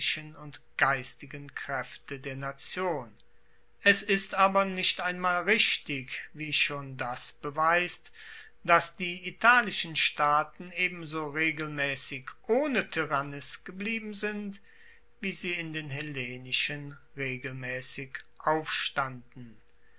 und geistigen kraefte der nation es ist aber nicht einmal richtig wie schon das beweist dass die italischen staaten ebenso regelmaessig ohne tyrannis geblieben sind wie sie in den hellenischen regelmaessig aufstanden